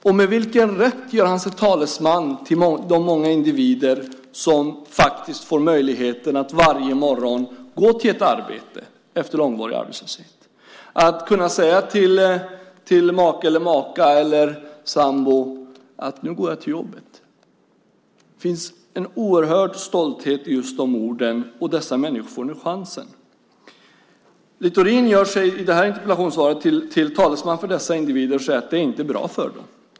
Och med vilken rätt gör han sig till talesman för de många individer som får möjligheten att varje morgon gå till ett arbete efter långvarig arbetslöshet, som kan säga till make, maka eller sambo att "nu går jag till jobbet"? Det finns en oerhörd stolthet i just de orden, och dessa människor har fått chansen. Littorin gör sig i det här interpellationssvaret till talesman för dessa individer och säger att det inte är bra för dem.